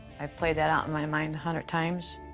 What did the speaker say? i've played that out in my mind a hundred times.